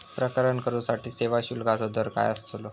प्रकरण करूसाठी सेवा शुल्काचो दर काय अस्तलो?